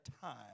time